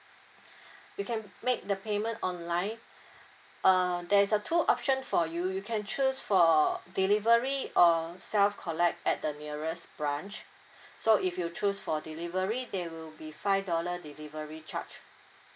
you can make the payment online err there's a two option for you you can choose for delivery or self collect at the nearest branch so if you choose for delivery there will be five dollar delivery charge